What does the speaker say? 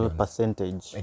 percentage